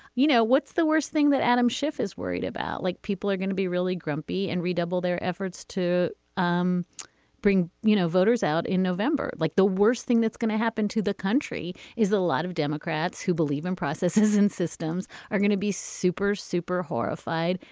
you know, what's the worst thing that adam schiff is worried about? like, people are going to be really grumpy and redouble their efforts to um bring, you know, voters out in november. like the worst thing that's going to happen to the country is a lot of democrats who believe in processes and systems are going to be super, super horrified.